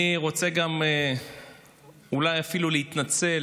אני רוצה גם אולי אפילו להתנצל